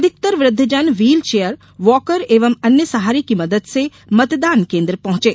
अधिकतर वृद्वजन wheelchair walker एवं अन्य सहारे की मदद से मतदान केन्द्र पहुँचे